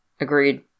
Agreed